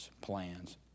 plans